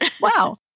Wow